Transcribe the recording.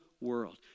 world